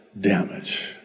damage